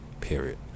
period